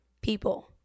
people